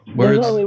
words